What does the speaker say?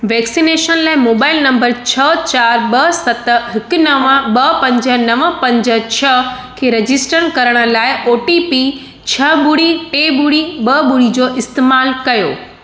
vaccination लाइ mobile number छह चार ॿ सत हिकु नव ॿ पंज नव पंज छह खे रजिस्टर करण लाइ ओ टी पी छह ॿुड़ी टे ॿुड़ी ॿ ॿुड़ी जो इस्तेमालु कयो